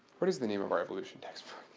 what is the name of our evolution text